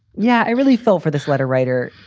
yeah, i really fell for this letter writer.